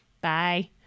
Bye